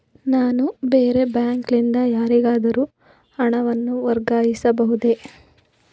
ನಾನು ಬೇರೆ ಬ್ಯಾಂಕ್ ಲಿಂದ ಯಾರಿಗಾದರೂ ಹಣವನ್ನು ವರ್ಗಾಯಿಸಬಹುದೇ?